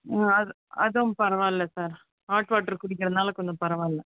ஆ அதுதான் அதுதான் பரவாயில்ல சார் ஹாட் வாட்டர் குடிக்கிறதினால கொஞ்சம் பரவாயில்ல